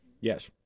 Yes